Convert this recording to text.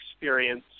experience